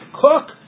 cook